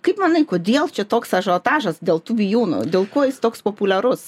kaip manai kodėl čia toks ažiotažas dėl tų bijūnų dėl ko jis toks populiarus